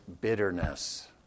bitterness